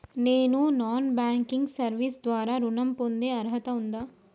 నేను non banking service ద్వారా ఋణం పొందే అర్హత ఉందా?